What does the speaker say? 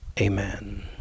Amen